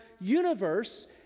universe